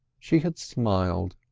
she had smiled.